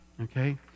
okay